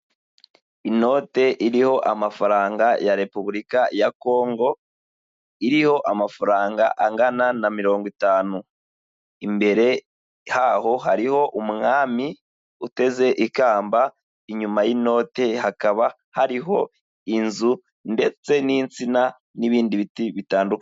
Inote iriho amafaranga ya repubulika ya Kongo, iriho amafaranga angana na mirongo itanu, imbere haho hariho umwami uteze ikamba, inyuma y'inote hakaba hariho inzu ndetse n'insina n'ibindi biti bitandukanye.